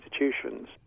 institutions